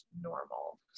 normal